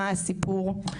מה הסיפור?